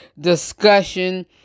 discussion